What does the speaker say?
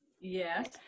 Yes